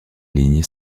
ligne